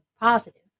positive